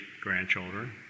grandchildren